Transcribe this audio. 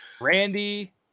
Randy